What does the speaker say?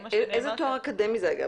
איזה תואר אקדמי זה אגב?